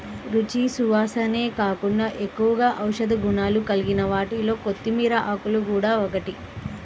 రుచి, సువాసనే కాకుండా ఎక్కువగా ఔషధ గుణాలు కలిగిన వాటిలో కొత్తిమీర ఆకులు గూడా ఒకటి